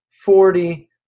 Forty